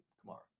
tomorrow